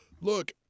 look